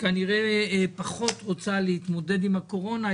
כנראה פחות רוצה להתמודד עם הקורונה,